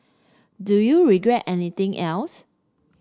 do you regret anything else